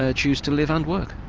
ah choose to live and work.